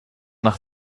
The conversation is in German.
nach